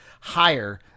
higher